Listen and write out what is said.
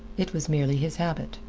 it was merely his habit.